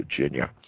Virginia